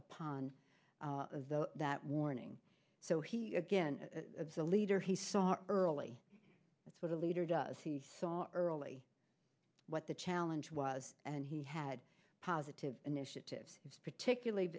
upon that warning so he again as a leader he saw early that's what a leader does he saw early what the challenge was and he had positive initiatives it's particularly